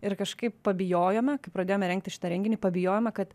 ir kažkaip pabijojome kai pradėjome rengti šitą renginį pabijojome kad